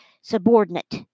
subordinate